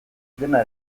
dena